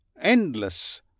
endless